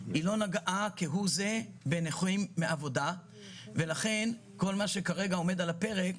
היא לא נגעה כהוא זה בנכים מעבודה ולכן כל מה שכרגע עומד על הפרק,